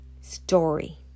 story